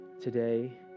today